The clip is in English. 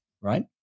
Right